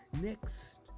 next